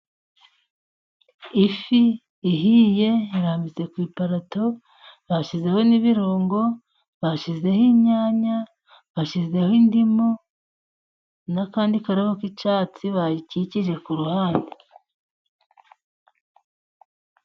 Ifi ihiye irambitse ku iparato bashyizeho n'ibirungo, bashyizeho inyanya ,bashyizeho indimu, n'akandi karabo k'icyatsi bayikikije ku ruhande.